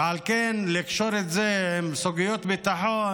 ועל כן, לקשור את זה עם סוגיות ביטחון